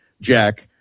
Jack